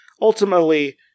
Ultimately